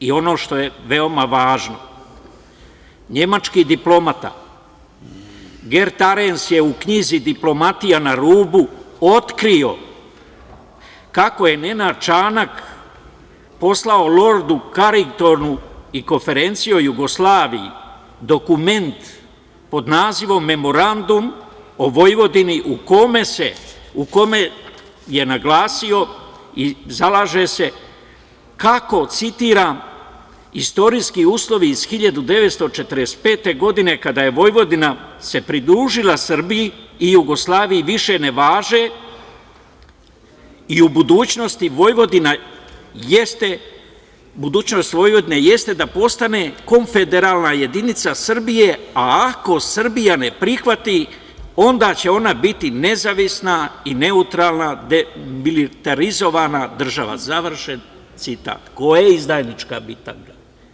I ono što je veoma važno, nemački diplomata Gert Arens je u knjizi „Diplomatija na rubu“ otkrio kako je Nenad Čanak poslalo lordu Karingtonu i Konferenciji o Jugoslaviji dokument pod nazivom „Memorandum o Vojvodini“, u kome je naglasio i zalaže se kako „istorijski uslovi iz 1945. godine, kada se Vojvodina pridružila Srbiji i Jugoslaviji više ne važe i budućnost Vojvodine jeste da postane konfederalna jedinica Srbije, a ako Srbija ne prihvati, onda će ona biti nezavisna i neutralna demilitarizovana država.“ Ko je izdajnička bitanga?